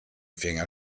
finger